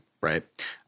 right